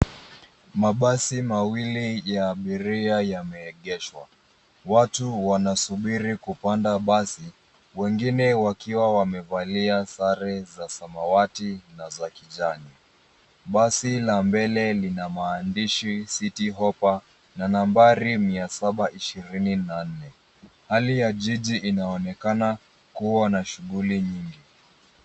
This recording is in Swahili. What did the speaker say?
Mabasi mawili ya abiria yameegeshwa watu wanasubiri kupanda basi wengine wakiwa wamevalia sare za samawati na za kijani. Basi la mbele lina maandishi city hoppa na nambari mia saba ishirini na nne. Hali ya jiji inaonekana kuwa na shughuli nyingi.